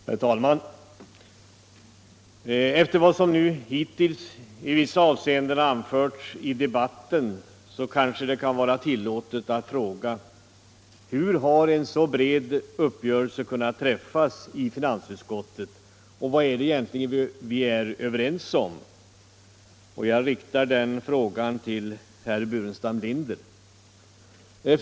Herr talman! Efter vad som hittills i vissa avseenden har anförts i debatten kanske det kan vara tillåtet att fråga: Hur har en så bred uppgörelse kunnat träffas i finansutskottet, och vad är det egentligen vi är överens om? Jag riktar den frågan främst till herr Burenstam Linder i anledning av hans anförande.